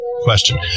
Question